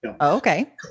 Okay